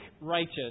righteous